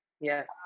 Yes